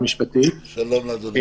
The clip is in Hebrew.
שלום לאדוני, בבקשה.